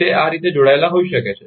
તે આ રીતે જોડાયેલ હોઈ શકે છે